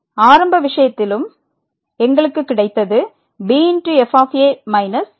ஆரம்ப விஷயத்திலும் எங்களுக்கு கிடைத்தது b f a a f b b a